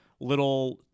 Little